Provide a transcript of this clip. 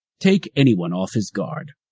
take anyone off his guard,